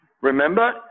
Remember